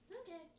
Okay